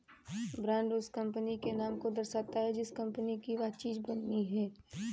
brand उस company के नाम को दर्शाता है जिस कंपनी की वह चीज बनी है